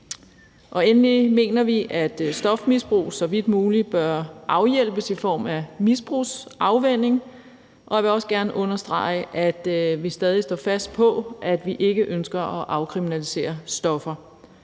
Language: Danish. Endelig mener vi, at stofmisbrug så vidt muligt bør afhjælpes i form af misbrugsafvænning, og jeg vil også gerne understrege, at vi stadig står fast på, at vi ikke ønsker at afkriminalisere stoffer.